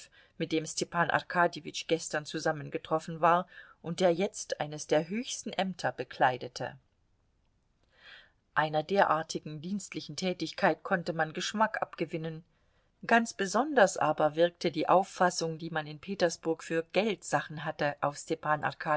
mit dem stepan arkadjewitsch gestern zusammengetroffen war und der jetzt eines der höchsten ämter bekleidete einer derartigen dienstlichen tätigkeit konnte man geschmack abgewinnen ganz besonders aber wirkte die auffassung die man in petersburg für geldsachen hatte auf